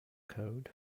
code